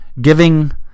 giving